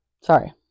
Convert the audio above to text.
Sorry